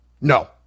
No